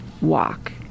walk